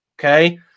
okay